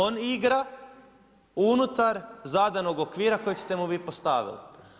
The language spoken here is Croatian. On igra unutar zadanog okvira kojega ste mu vi postavili.